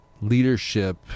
leadership